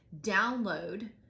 download